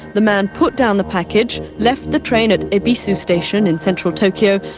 the man pushed down the package, left the train at ebisu station in central tokyo,